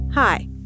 Hi